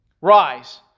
Rise